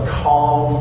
calm